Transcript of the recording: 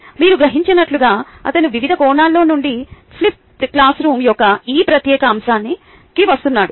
మీరు గ్రహించినట్లుగా అతను వివిధ కోణాల నుండి ఫ్లిప్డ్ క్లాస్రూమ్ యొక్క ఈ ప్రత్యేక అంశానికి వస్తున్నాడు